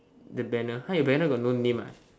the banner !huh! your banner got no name